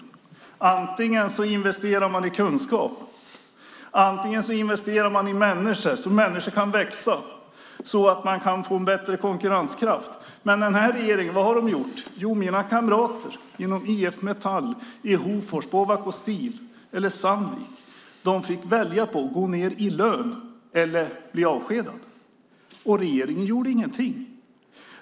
Man kan välja att investera i kunskap och människor så att människor kan växa och så att man kan få en bättre konkurrenskraft. Men vad har den här regeringen gjort? Mina kamrater inom IF-Metall i Hofors på Ovaco Steel och på Sandvik fick välja mellan att gå ned i lön eller att bli avskedade. Men regeringen gjorde ingenting.